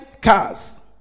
cars